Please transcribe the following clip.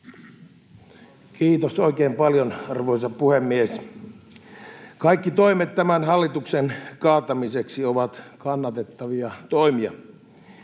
Kiitos oikein paljon, arvoisa puhemies! Kaikki toimet tämän hallituksen kaatamiseksi ovat kannatettavia toimia.